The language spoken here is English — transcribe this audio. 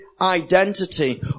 identity